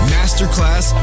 Masterclass